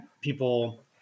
people